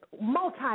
multi